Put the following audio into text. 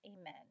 Amen